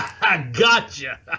Gotcha